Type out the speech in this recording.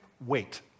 wait